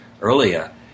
earlier